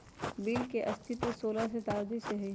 bill के अस्तित्व सोलह शताब्दी से हइ